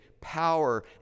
power